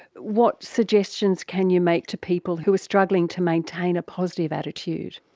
what suggestions can you make to people who are struggling to maintain a positive attitude?